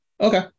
Okay